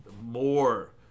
more